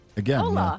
Again